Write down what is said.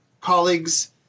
colleagues